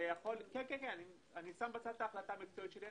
אני שם בצד את ההחלטה המקצועית שלי,